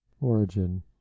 origin